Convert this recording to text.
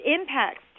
impacts